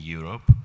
Europe